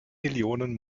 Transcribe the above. millionen